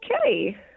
okay